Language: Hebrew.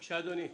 בבקשה, אדוני.